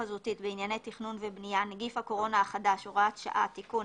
חזותית בענייני תכנון ובנייה (נגיף הקורונה החדש הוראת שעה) (תיקון),